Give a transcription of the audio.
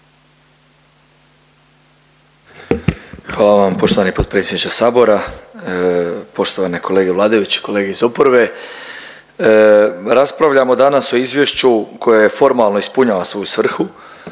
Hvala vam poštovani potpredsjedniče sabora. Poštovane kolege vladajući, kolege iz oporbe. Raspravljamo danas o izvješću koje formalno ispunjava svoju svrhu